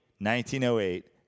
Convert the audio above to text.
1908